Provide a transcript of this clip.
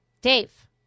Dave